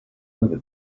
over